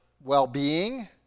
well-being